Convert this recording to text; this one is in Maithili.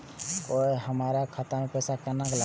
कोय हमरा खाता में पैसा केना लगते?